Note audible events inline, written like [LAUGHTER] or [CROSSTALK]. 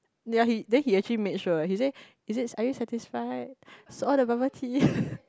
ya he then he actually make sure he said he said are you satisfied so all the bubble tea [LAUGHS]